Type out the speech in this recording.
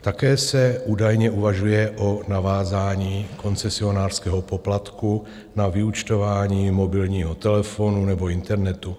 Také se údajně uvažuje o navázání koncesionářského poplatku na vyúčtování mobilního telefonu nebo internetu.